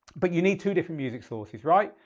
but you need two different music sources, right?